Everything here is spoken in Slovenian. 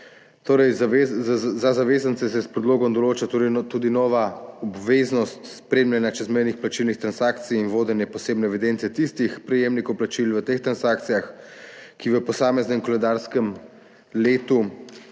storitev. Za zavezance se s predlogom določa torej tudi nova obveznost spremljanja čezmejnih plačilnih transakcij in vodenje posebne evidence tistih prejemnikov plačil v teh transakcijah, ki v posameznem koledarskem letu